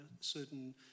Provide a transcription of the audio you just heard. certain